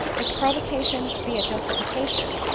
if provocation be a justification,